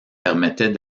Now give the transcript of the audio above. permettait